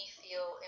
feel